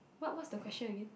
what what's the question again